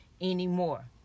anymore